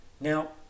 Now